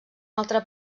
altre